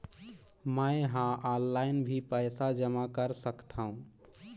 मैं ह ऑनलाइन भी पइसा जमा कर सकथौं?